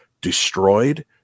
destroyed